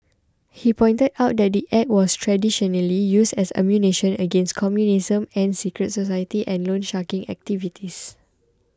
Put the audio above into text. he pointed out that the Act was traditionally used as ammunition against communism and secret society and loansharking activities